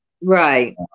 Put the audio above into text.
Right